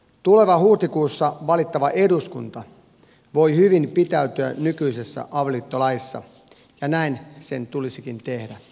tuleva huhtikuussa valittava eduskunta voi hyvin pitäytyä nykyisessä avioliittolaissa ja näin sen tulisikin tehdä